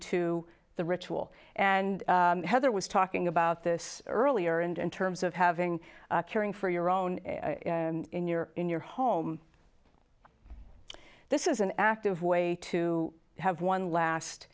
to the ritual and heather was talking about this earlier and in terms of having caring for your own in your in your home this is an active way to have one last